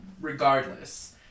Regardless